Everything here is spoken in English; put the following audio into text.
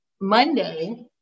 Monday